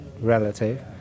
relative